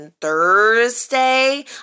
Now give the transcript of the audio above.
Thursday